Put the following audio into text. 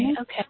okay